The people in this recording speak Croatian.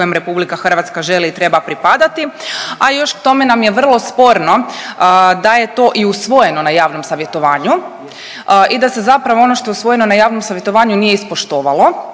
kojem RH želi i treba pripadati, a još k tome nam je vrlo sporno da je to i usvojeno na javnom savjetovanju i da se zapravo ono što je usvojeno na javnom savjetovanju nije ispoštovalo